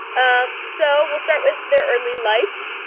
ah so we'll start with their early life.